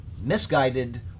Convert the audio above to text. misguided